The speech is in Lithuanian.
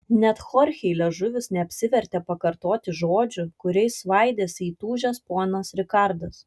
net chorchei liežuvis neapsivertė pakartoti žodžių kuriais svaidėsi įtūžęs ponas rikardas